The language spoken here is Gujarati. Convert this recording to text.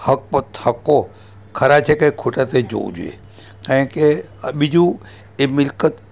હક પત્રકો ખરાં છે કે ખોટાં તે જોવું જોઈએ કારણ કે બીજું એ મિલકત